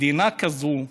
מדינה כזאת,